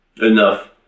enough